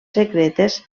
secretes